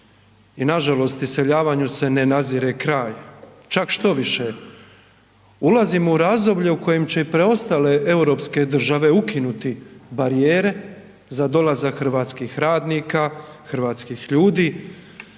i nažalost iseljavanju se ne nazire kraj, čak štoviše, ulazimo u razdoblje u kojem će i preostale europske države ukinuti barijere za dolazak hrvatskih radnika, hrvatskih ljudi,